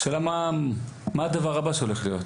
השאלה מה הדבר הבא שהולך להיות?